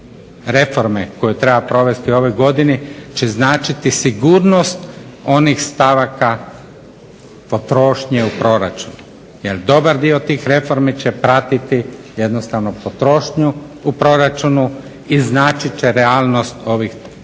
reforme koje treba provesti u ovoj godini će značiti sigurnost onih stavaka potrošnje u proračunu, jer dobar dio tih reformi će pratiti jednostavno potrošnju u proračunu i značit će realnost ovih brojaka